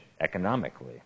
economically